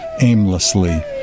aimlessly